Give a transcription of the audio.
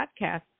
Podcasts